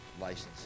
license